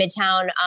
Midtown